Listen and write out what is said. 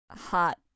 hot